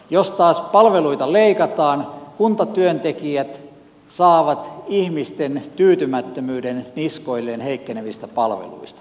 jos taas palveluita leikataan kuntatyöntekijät saavat niskoilleen ihmisten tyytymättömyyden heikkenevistä palveluista